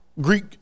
Greek